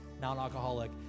non-alcoholic